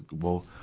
we'll,